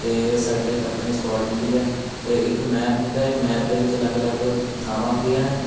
ਅਤੇ ਸਾਡੇ ਇੱਕ ਆਪਣੀ ਸਕੋਡ ਹੁੰਦੀ ਹੈ ਅਤੇ ਇੱਕ ਮੈਪ ਹੁੰਦਾ ਏ ਮੈਪ ਦੇ ਵਿੱਚ ਅਲੱਗ ਅਲੱਗ ਥਾਵਾਂ ਹੁੰਦੀਆਂ ਹਨ